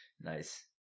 nice